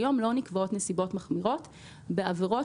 כיום לא נקבעות נסיבות מחמירות בעבירות